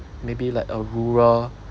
maybe like a rural